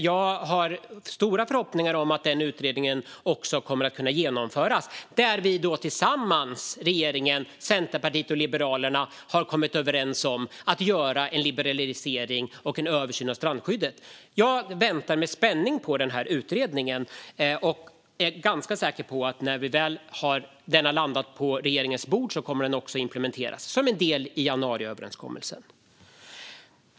Jag har stora förhoppningar om att utredningens förslag också kommer att kunna genomföras när nu regeringen har kommit överens med Centerpartiet och Liberalerna om att göra en liberalisering och en översyn av strandskyddet. Jag väntar med spänning på denna utredning och är ganska säker på att den, när den väl har landat på regeringens bord, också kommer att implementeras som en del i januariöverenskommelsen.